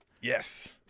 yes